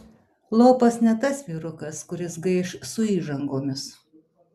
lopas ne tas vyrukas kuris gaiš su įžangomis